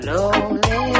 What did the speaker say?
Lonely